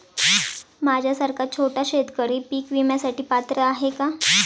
माझ्यासारखा छोटा शेतकरी पीक विम्यासाठी पात्र आहे का?